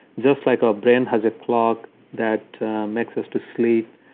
just like our brain has a clock that makes us to sleep,